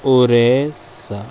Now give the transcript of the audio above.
Orissa